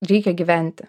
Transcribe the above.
reikia gyventi